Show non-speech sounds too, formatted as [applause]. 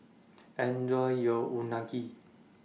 [noise] Enjoy your Unagi